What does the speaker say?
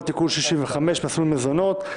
5 נגד,